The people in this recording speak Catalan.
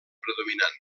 predominant